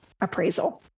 appraisal